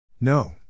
No